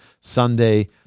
Sunday